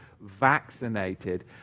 vaccinated